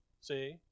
see